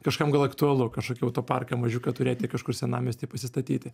kažkam gal aktualu kažkokį autoparką mažiuką turėti kažkur senamiesty pasistatyti